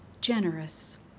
generous